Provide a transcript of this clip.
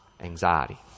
anxiety